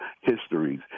histories